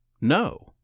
No